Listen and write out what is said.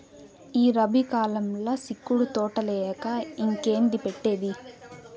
ఈ రబీ కాలంల సిక్కుడు తోటలేయక ఇంకేంది పెట్టేది